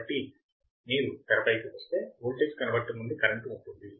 కాబట్టి మీరు తెరపైకి వస్తే వోల్టేజ్ కన్వర్టర్ నుండి కరెంట్ ఉంటుంది